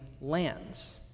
lands